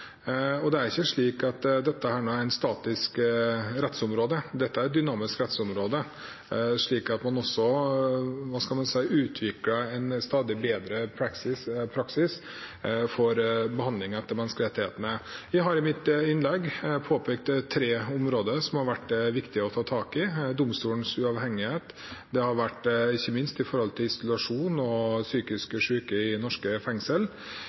og dette er ikke et statisk rettsområde. Dette er et dynamisk rettsområde, slik at man også – hva skal man si – utvikler en stadig bedre praksis for behandling etter menneskerettighetene. Jeg har i mitt innlegg påpekt tre områder som det har vært viktig å ta tak i: domstolens uavhengighet og, ikke minst, isolasjon og psykisk syke i norske fengsler. Dette er områder som har vært viktige for oss, ikke minst dette med vold i